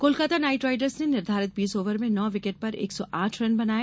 Kolkata Knight Riders ने निर्धारित बीस ओवर में नौ विकेट पर एक सौ आठ रन बनाए